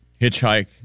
Hitchhike